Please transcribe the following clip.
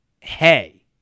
hey